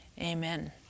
Amen